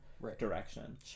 direction